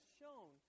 shown